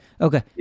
Okay